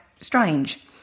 strange